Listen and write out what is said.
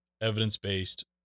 evidence-based